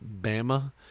Bama